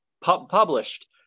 Published